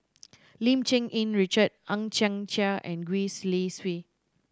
Lim Cherng Yih Richard Hang Chang Chieh and Gwee Li Sui